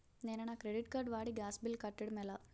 నేను నా credit card వాడి గ్యాస్ బిల్లు కట్టడం ఎలా?